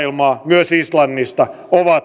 myös islannista